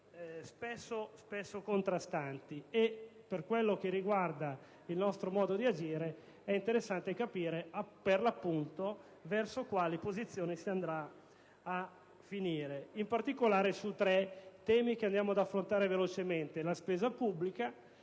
spesso contrastanti. Per quello che riguarda il nostro modo di agire, è interessante capire verso quali posizioni si andrà a finire, in particolare su tre temi, che andiamo ad affrontare velocemente: la spesa pubblica,